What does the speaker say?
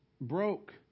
broke